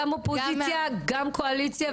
גם אופוזיציה וגם קואליציה,